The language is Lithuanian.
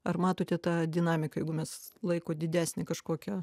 ar matote tą dinamiką jeigu mes laiko didesnę kažkokią